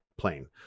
plane